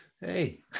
Hey